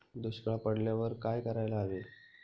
दुष्काळ पडल्यावर काय करायला हवे?